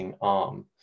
arm